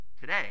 today